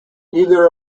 neither